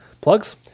plugs